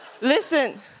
listen